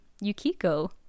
yukiko